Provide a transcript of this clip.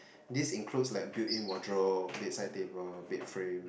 this includes like built-in wardrobe bedside table bedframe